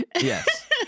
Yes